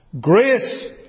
grace